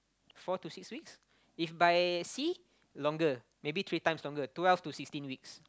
four to six weeks if by sea longer maybe three times longer twelve to sixteen weeks